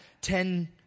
ten